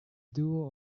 duo